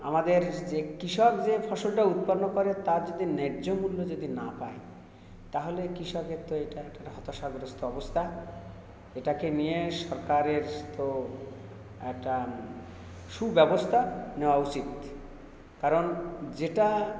আমাদের যে কৃষক যে ফসলটা উত্পন্ন করে তার যদি ন্যায্য় মূল্য যদি না পায় তাহলে কৃষকের তো এটা একটা হতাশাগ্রস্ত অবস্থা এটাকে নিয়ে সরকারের তো একটা সুব্যবস্থা নেওয়া উচিত কারণ যেটা